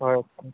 হয় কওকচোন